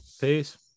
Peace